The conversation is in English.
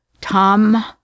Tom